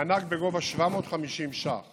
מענק בגובה 750 ש"ח